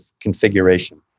configuration